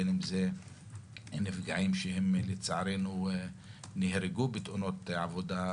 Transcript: בין אם זה נפגעים שהם לצערנו נהרגו בתאונות עבודה,